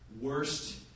Worst